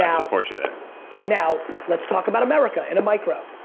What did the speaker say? yeah support you there now, let's talk about america in a micro.